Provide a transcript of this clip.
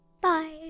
Bye